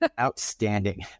Outstanding